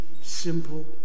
simple